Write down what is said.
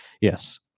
yes